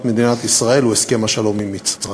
מדינת ישראל הוא חתימת הסכם השלום עם מצרים.